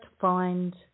find